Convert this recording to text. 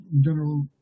general